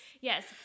yes